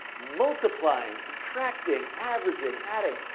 multiplying, subtracting, averaging, adding.